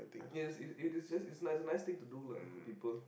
I mean it is just it's nice it's a nice thing to do lah for people